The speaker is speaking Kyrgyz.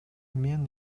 мен